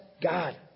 God